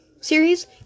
series